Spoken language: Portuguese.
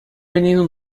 menino